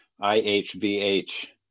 I-H-V-H